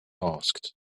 asked